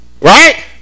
Right